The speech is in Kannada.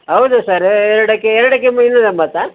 ಹೌದಾ ಸರ್ ಎರಡಕ್ಕೆ ಎರಡಕ್ಕೆ ಇನ್ನೂರೆಂಬತ್ತಾ